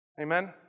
Amen